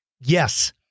Yes